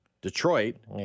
Detroit